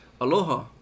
aloha